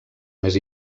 més